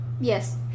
Yes